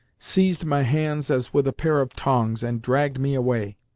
seized my hands as with a pair of tongs, and dragged me away.